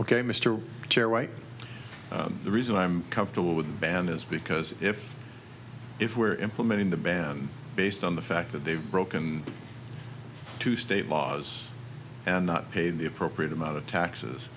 ok mr chair white the reason i'm comfortable with the ban is because if if we're implementing the ban based on the fact that they've broken two state laws and not pay the appropriate amount of taxes